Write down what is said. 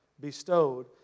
bestowed